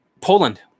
Poland